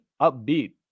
upbeat